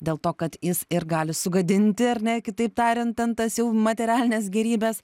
dėl to kad jis ir gali sugadinti ar ne kitaip tariant ten tas jau materialines gėrybes